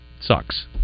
Sucks